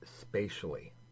spatially